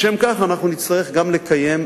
לשם כך אנחנו נצטרך גם לקיים,